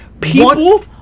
People